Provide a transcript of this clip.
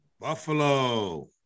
Buffalo